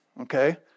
Okay